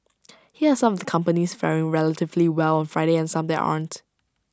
here are some companies faring relatively well on Friday and some that aren't